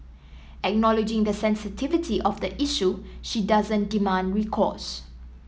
acknowledging the sensitivity of the issue she doesn't demand recourse